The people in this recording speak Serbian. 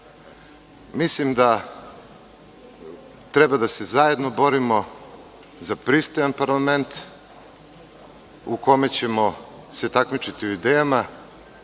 doma. Mislim da treba zajedno da se borimo za pristojan parlament u kome ćemo se takmičiti u idejama,